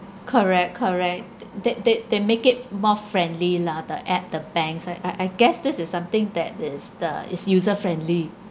correct correct th~ they they they make it more friendly lah the app the banks I I I guess this is something that is the it's user friendly